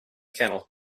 kennel